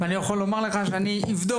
ואני יכול לומר לך שאני אבדוק.